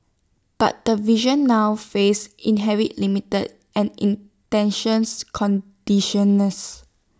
but the vision now faces inherent limits and intentions conditioners